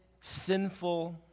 sinful